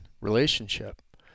relationship